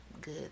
good